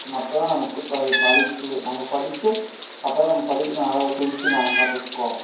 அப்போ தான் நமக்கு படிப்பு நம்ம படிச்சும் அப்போ தான் நம்ம படிப்புக்கான அளவு ஃபுல்ஃபில் ஆன மாதிரி இருக்கும்